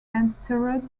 entered